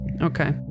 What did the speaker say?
Okay